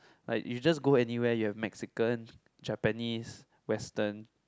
like you just go anywhere you have Mexican Japanese Western